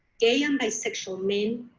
gay um bisexual men,